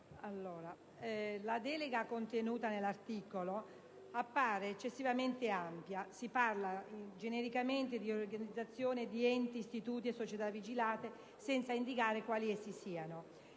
la delega contenuta nell'articolo appare eccessivamente ampia. Si parla genericamente di riorganizzazione di enti, istituti e società vigilati, senza indicare quali essi siano.